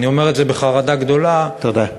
אני אומר את זה בחרדה גדולה, תודה.